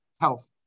health